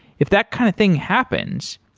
if that kind of thing happens,